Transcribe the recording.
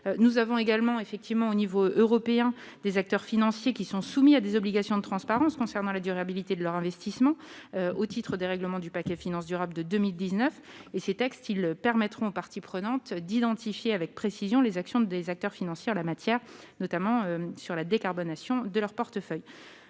nous avons également effectivement au niveau européen des acteurs financiers qui sont soumis à des obligations de transparence concernant la durabilité de leur investissement au titre des règlements du paquet finance durable de 2000 19 et ces textes, ils permettront aux parties prenantes d'identifier avec précision les actions des acteurs financière la matière, notamment sur la décarbonation de leur portefeuille